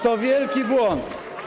To wielki błąd.